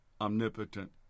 omnipotent